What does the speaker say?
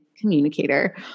communicator